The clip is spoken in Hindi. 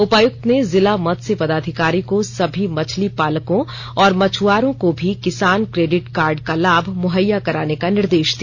उपायुक्त ने जिला मत्स्य पदाधिकारी को सभी मछली पालकों और मछुआरों को भी किसान क्रेडिट कार्ड का लाभ मुहैय्या कराने का निर्देश दिया